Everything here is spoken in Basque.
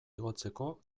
igotzeko